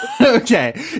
Okay